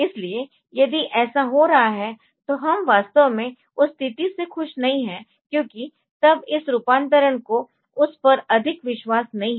इसलिए यदि ऐसा हो रहा है तो हम वास्तव में उस स्थिति से खुश नहीं हैं क्योंकि तब इस रूपांतरण का उस पर अधिक विश्वास नहीं है